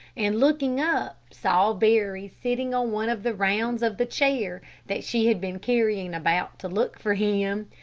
and looking up, saw barry sitting on one of the rounds of the chair that she had been carrying about to look for him.